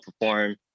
perform